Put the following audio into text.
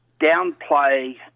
downplay